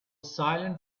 silent